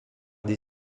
des